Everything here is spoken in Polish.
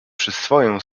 przyswoję